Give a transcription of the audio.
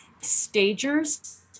Stagers